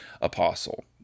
apostle